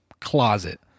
closet